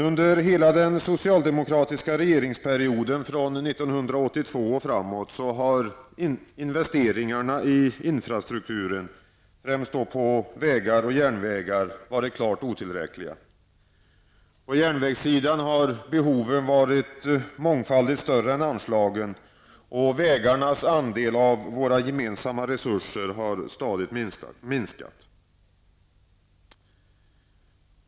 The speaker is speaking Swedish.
Under hela den socialdemokratiska regeringsperioden från 1982 och framåt har investeringarna i infrastrukturen, främst då i vägar och järnvägar, varit klart otillräckliga. På järnvägssidan har behoven varit mångfaldigt större än anslagen, och vägarnas investeringsandel av våra gemensamma resurser har stadigt minskat.